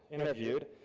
interviewed,